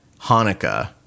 Hanukkah